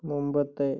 മുമ്പത്തെ